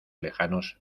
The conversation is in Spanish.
lejanos